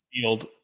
field